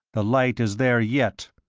the light is there yet.